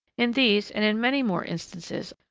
in these, and in many more instances,